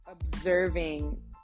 observing